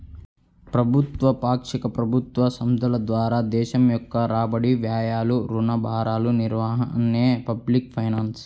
ప్రభుత్వ, పాక్షిక ప్రభుత్వ సంస్థల ద్వారా దేశం యొక్క రాబడి, వ్యయాలు, రుణ భారాల నిర్వహణే పబ్లిక్ ఫైనాన్స్